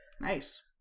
Nice